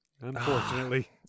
Unfortunately